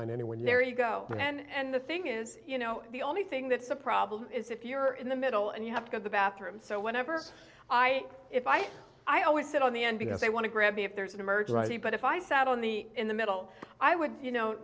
behind anyone there you go in and the thing is you know the only thing that's a problem is if you're in the middle and you have to go to the bathroom so whenever i if i i always sit on the end because i want to grab me if there's an emergency but if i sat on the in the middle i would you know